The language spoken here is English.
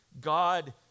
God